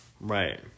right